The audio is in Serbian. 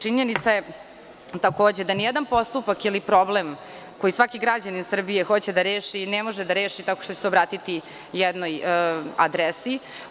Činjenica je takođe da nijedan postupak ili problem koji svaki građanin Srbije hoće da reši ne može da reši tako što će se obratiti jednoj adresi.